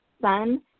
Sun